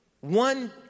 One